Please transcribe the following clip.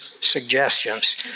suggestions